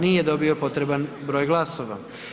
Nije dobio potreban broj glasova.